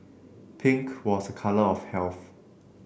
pink was a colour of health